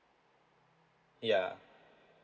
yeah